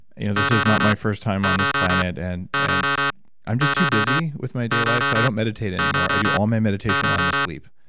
you know this is not my first time on this planet and and i'm just too busy with my day life, so i don't meditate anymore. i do all my meditation while i'm asleep.